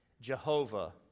Jehovah